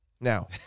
Now